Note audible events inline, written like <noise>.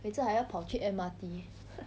每次还要跑去 M_R_T <laughs>